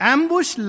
Ambush